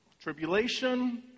Tribulation